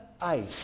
ice